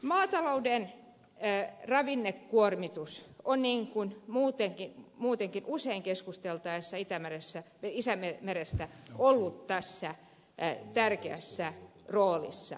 maatalouden ravinnekuormitus on niin kuin muutenkin usein itämerestä keskusteltaessa ollut tässä tärkeässä roolissa